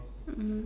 mmhmm